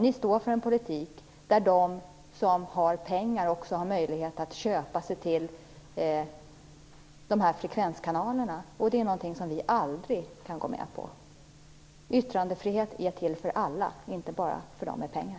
Ni står för en politik som innebär att de som har pengar får möjlighet att köpa sig till de här frekvenskanalerna, och det är någonting som vi aldrig kan gå med på. Yttrandefriheten är till för alla - inte bara för dem med pengar.